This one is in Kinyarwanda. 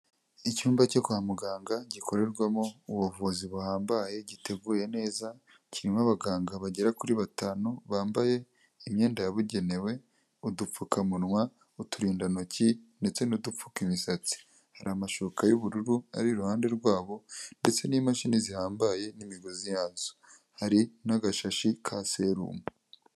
Icyumba cyo kwa muganga gikorerwamo ubuvuzi buhambaye giteguye neza kirimo abaganga bagera kuri batanu bambaye imyenda yabugenewe udupfukamunwa, uturindantoki ndetse n'udupfuka imisatsi, hari amashuka y'ubururu ari iruhande rwabo ndetse n'imashini zihambaye n'imigozi yazo, hari n'agashashi ka serumu.